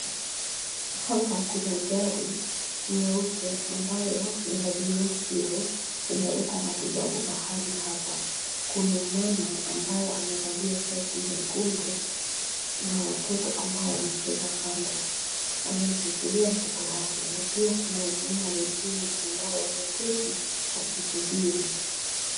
Hapa kuna gari nyeupe ambayo ni ya Beyond Zero imeleta matibabu mahali hapa. Kuna mama ambaye amevalia shati nyekundu na watoto ambao wanacheza kando. Amemshikilia mtoto wake, na pia kuna wamama wengine ambao wameketi wakisubiri.